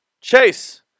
Chase